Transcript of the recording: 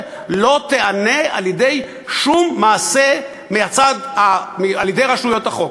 לא תיענה בשום מעשה על-ידי רשויות החוק,